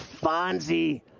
Fonzie